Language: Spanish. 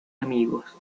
amigos